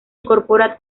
incorpora